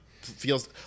feels